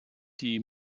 die